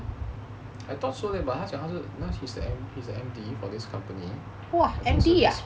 I thought so leh but 他讲他是 he's the M_D for this company